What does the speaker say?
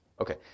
Okay